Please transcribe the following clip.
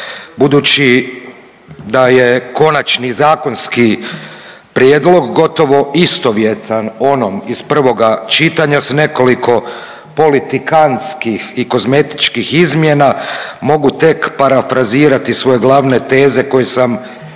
budući da je konačni zakonski prijedlog gotovo istovjetan onom iz prvoga čitanja s nekoliko politikantskih i kozmetičkih izmjena mogu tek parafrazirati svoje glavne teze koje sam izrekao